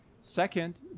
Second